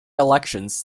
elections